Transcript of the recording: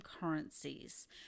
currencies